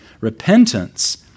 Repentance